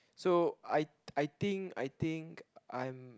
so I I think I think I'm